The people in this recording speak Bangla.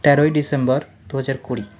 তেরোই ডিসেম্বর দু হাজার কুড়ি